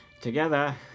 together